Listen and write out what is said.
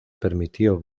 permitió